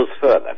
further